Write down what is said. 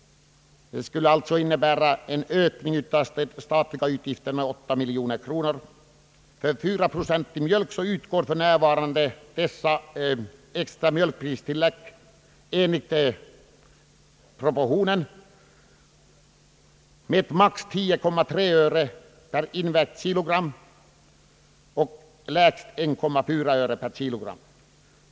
Det skulle innebära en ökning av de statliga utgifterna med 8 miljoner kronor. För 4 procentig mjölk utgår för närvarande detta extra mjölkpristillägg enligt propositionen med maximum 10,3 öre per invägt kilogram och lägst 1,4 öre per kilogram.